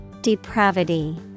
Depravity